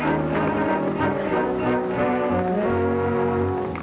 you know